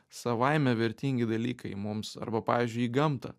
savaime vertingi dalykai mums arba pavyzdžiui į gamtą